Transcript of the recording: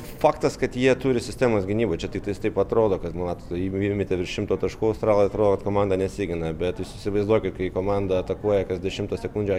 faktas kad jie turi sistemos gynybą čia tiktais taip atrodo kad nu vat į įmetė virš šimto taškų australai atrodo komanda nesigina bet jūs įsivaizduokit kai komanda atakuoja kas dešimtą sekundžių